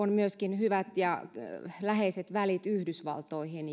on myöskin hyvät ja läheiset välit yhdysvaltoihin